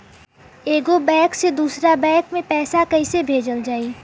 एगो बैक से दूसरा बैक मे पैसा कइसे भेजल जाई?